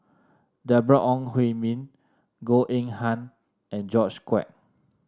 Deborah Ong Hui Min Goh Eng Han and George Quek